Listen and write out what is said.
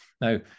Now